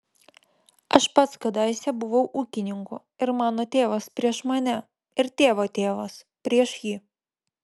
aš pats kadaise buvau ūkininku ir mano tėvas prieš mane ir tėvo tėvas prieš jį